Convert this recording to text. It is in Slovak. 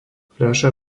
fľaša